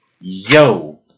Yo